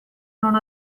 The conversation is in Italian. non